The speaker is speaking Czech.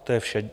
To je vše.